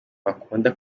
bakunda